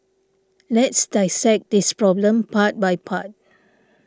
let's dissect this problem part by part